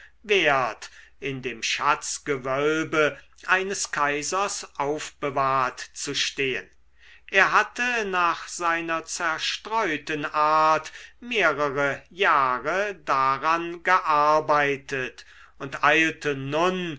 wert in dem schatzgewölbe eines kaisers aufbewahrt zu stehen er hatte nach seiner zerstreuten art mehrere jahre daran gearbeitet und eilte nun